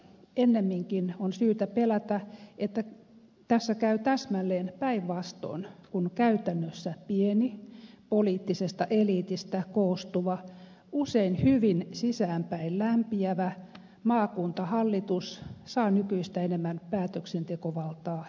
ennemminkin on syytä pelätä että tässä käy täsmälleen päinvastoin kun käytännössä pieni poliittisesta eliitistä koostuva usein hyvin sisäänpäin lämpiävä maakuntahallitus saa nykyistä enemmän päätöksentekovaltaa itselleen